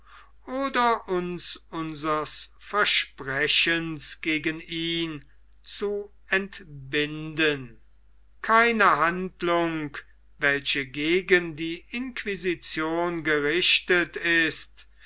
oder uns unsers versprechens gegen ihn zu entbinden keine handlung welche gegen die inquisition gerichtet ist